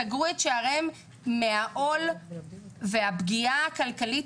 סגרו את שעריהן בגלל העול והפגיעה הכלכלית.